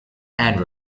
and